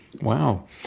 Wow